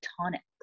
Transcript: tonics